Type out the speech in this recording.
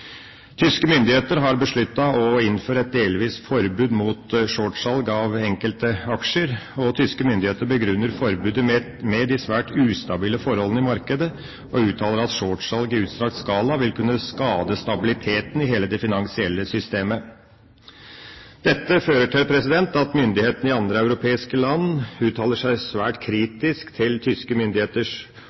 Tyske myndigheter har besluttet å innføre et delvis forbud mot shortsalg av enkelte aksjer. De begrunner forbudet med de svært ustabile forholdene i markedet og uttaler at shortsalg i utstrakt skala vil kunne skade stabiliteten i hele det finansielle systemet. Dette fører til at myndighetene i andre europeiske land uttaler seg svært kritisk til tyske myndigheters